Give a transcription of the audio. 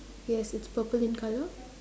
yes it's purple in colour